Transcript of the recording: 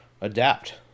adapt